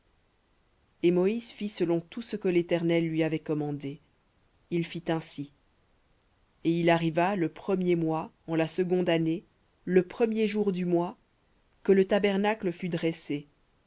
et moïse fit selon tout ce que l'éternel lui avait commandé il fit ainsi et il arriva le premier mois en la seconde année le premier du mois que le tabernacle fut dressé